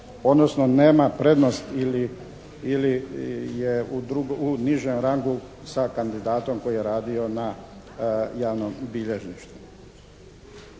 odnosno nema prednost ili je u nižem rangu sa kandidatom koji je radio na javnom bilježništvu.